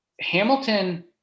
Hamilton